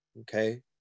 Okay